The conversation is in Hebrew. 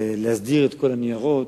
ולהסדיר את כל הניירות.